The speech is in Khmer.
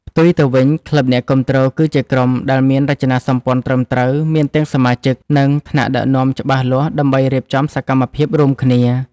ផ្ទុយទៅវិញក្លឹបអ្នកគាំទ្រគឺជាក្រុមដែលមានរចនាសម្ព័ន្ធត្រឹមត្រូវ មានទាំងសមាជិក និង ថ្នាក់ដឹកនាំច្បាស់លាស់ដើម្បីរៀបចំសកម្មភាពរួមគ្នា។